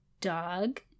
dog